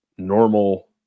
normal